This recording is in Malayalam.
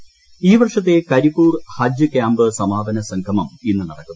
ഹജ്ജ് ഈ വർഷത്തെ കരിപ്പൂർ ഹജ്ജ് ക്യാമ്പ് സമാപന സംഗമം ഇന്ന് നടക്കും